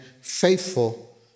faithful